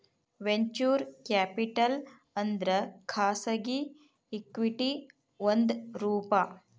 venture capital ಅಂದ್ರ ಖಾಸಗಿ equity ಒಂದ್ ರೂಪ